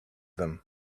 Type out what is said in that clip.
them